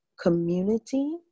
community